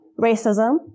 Racism